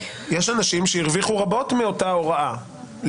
יש אנשים שהרוויחו רבות מאותה ההוראה,